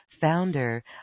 founder